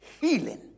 Healing